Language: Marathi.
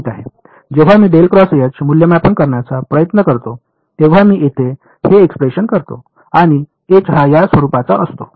जेव्हा मी मूल्यमापन करण्याचा प्रयत्न करतो तेव्हा मी येथे हे एक्सप्रेशन करतो आणि एच हा या स्वरूपाचा असतो